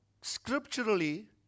scripturally